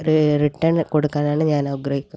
return കൊടുക്കാനാണ് ഞാൻ ആഗ്രഹിക്കുന്നത്